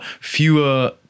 fewer